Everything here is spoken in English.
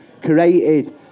created